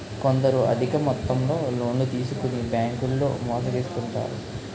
కొందరు అధిక మొత్తంలో లోన్లు తీసుకొని బ్యాంకుల్లో మోసగిస్తుంటారు